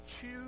choose